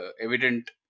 evident